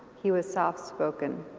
he was soft spoken.